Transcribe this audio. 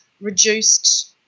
reduced